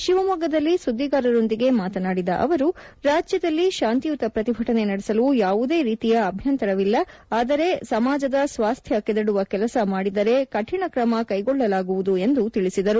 ಶಿವಮೊಗ್ಗದಲ್ಲಿ ಸುದ್ದಿಗಾರರ ಜೊತೆ ಮಾತನಾದಿದ ಅವರು ರಾಜ್ಯದಲ್ಲಿ ಶಾಂತಿಯುತ ಪ್ರತಿಭಟನೆ ನಡೆಸಲು ಯಾವುದೇ ರೀತಿಯ ಅಭ್ಯಂತರವಿಲ್ಲ ಆದರೆ ಸಮಾಜದ ಸ್ವಾಸ್ನ್ನ ಕದಡುವ ಕೆಲಸ ಮಾಡಿದರೆ ಕಠಿಣ ಕ್ರಮ ಕೈಗೊಳ್ಳುವುದಾಗಿ ತಿಳಿಸಿದರು